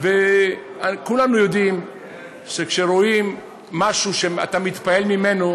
וכולנו יודעים שכשאתה רואה משהו שאתה מתפעל ממנו,